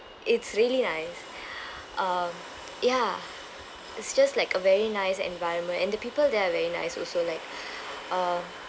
it's really nice um ya it's just like a very nice environment and the people there are very nice also like uh